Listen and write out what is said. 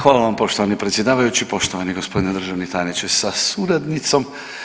Hvala vam poštovani predsjedavajući, poštovani gospodine državni tajniče sa suradnicom.